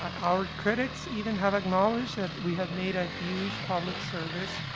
our critics, even, have acknowledged that we have made a huge public service,